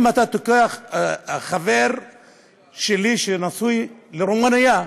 אם אתה לוקח חבר שלי שנשוי לרומנייה,